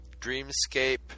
Dreamscape